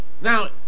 Now